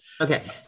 Okay